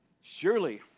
surely